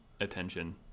attention